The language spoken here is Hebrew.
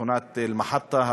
שכונת אלמחטה,